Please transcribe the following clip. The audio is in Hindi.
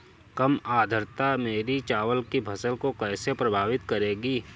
कम आर्द्रता मेरी चावल की फसल को कैसे प्रभावित करेगी?